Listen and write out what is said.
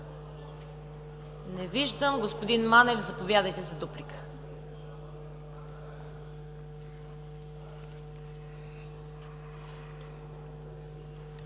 Не виждам. Господин Манев, заповядайте за дуплика.